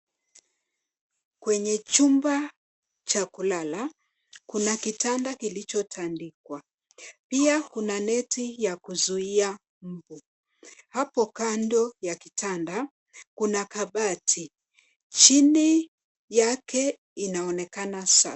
Kwenye chumba cha kulala, kuna kitanda kilichotandiwa. Pia kuna neti ya kuzuia mbu. Hapo kando ya kitanda, kuna kabati. Chini yake, inaonekana saa.